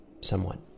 Somewhat